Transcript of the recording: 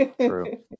True